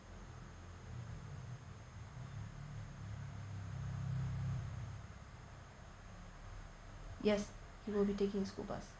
yes he will be taking school bus